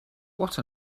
what